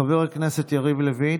חבר הכנסת יריב לוין,